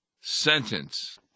sentence